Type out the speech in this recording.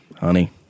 honey